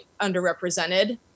underrepresented